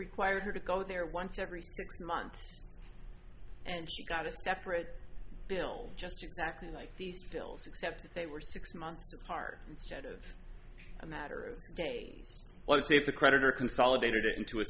required her to go there once every six months and got a separate bill just exactly like these pills except they were six months apart instead of a matter of days what if the creditor consolidated it into a